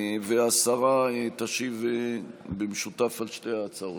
והשרה תשיב במשותף על שתי ההצעות.